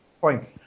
point